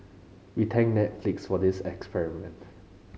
we thank Netflix for this experiment